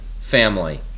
family